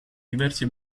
diversi